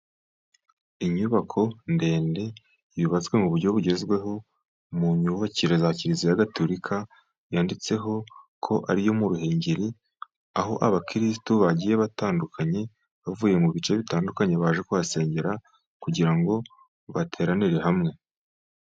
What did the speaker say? Inyubako ndende yubatswe mu buryo bugezweho, mu myubakire ya kiriziya gatorika yanditseho ko ariyo mu Ruhengeri aho abakirisitu bagiye batandukanye bavuye mu bice bitandukanye baje kuhasengera kugira ngo bateranire hamwe.